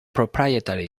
proprietary